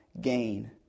gain